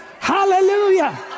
hallelujah